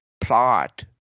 plot